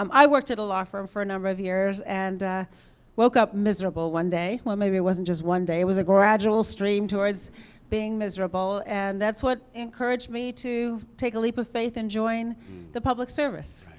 um i worked at a law firm for a number of years, and work up miserable one day well, maybe it wasn't just one day. it was a gradual stream towards being miserable. and that's what encouraged me to take a leap of faith and join the public service.